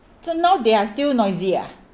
so now they are still noisy ah